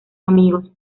amigos